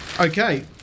Okay